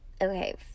Okay